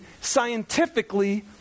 scientifically